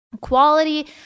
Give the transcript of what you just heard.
quality